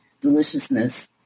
deliciousness